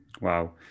Wow